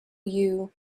you